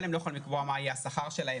אבל הם לא יכולים לקבוע מה יהיה השכר שלהם.